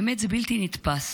האמת, זה בלתי נתפס.